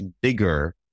bigger